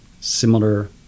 similar